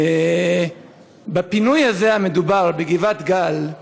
בפינוי הזה, המדובר, בגבעת-גל,